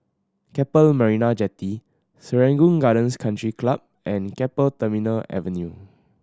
Keppel Marina Jetty Serangoon Gardens Country Club and Keppel Terminal Avenue